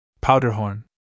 Powderhorn